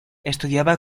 estudiaba